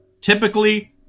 typically